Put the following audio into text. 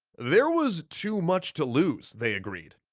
there was too much to lose, they agreed.